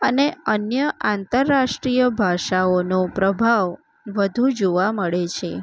અને અન્ય આંતરરાષ્ટ્રીય ભાષાઓનો પ્રભાવ વધુ જોવા મળે છે